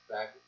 Back